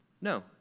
No